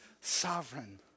sovereign